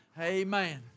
Amen